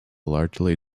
largely